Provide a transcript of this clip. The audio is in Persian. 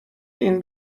این